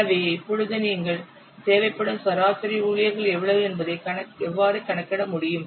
எனவே இப்போது நீங்கள் தேவைப்படும் சராசரி ஊழியர்கள் எவ்வளவு என்பதை எவ்வாறு கணக்கிட முடியும்